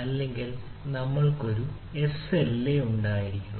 അല്ലെങ്കിൽ നമ്മൾക്ക് ഒരു SLA ഉണ്ടായിരിക്കണം